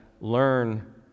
learn